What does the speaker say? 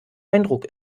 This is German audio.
eindruck